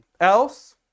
Else